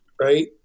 right